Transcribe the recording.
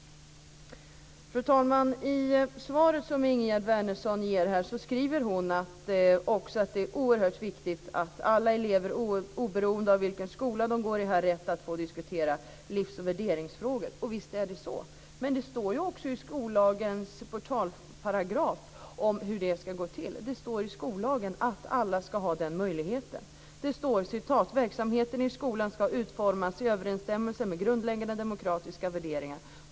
Fru talman! I sitt svar skriver Ingegerd Wärnersson att det är oerhört viktigt att alla elever oberoende av vilken skola de går i har rätt att diskutera livs och värderingsfrågor, och visst är det så. Men det står också i skollagens portalparagraf om hur det ska gå till. Där står det att alla ska ha den möjligheten. Det står: "Verksamheten i skolan skall utformas i överensstämmelse med grundläggande demokratiska värderingar.